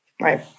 Right